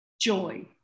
joy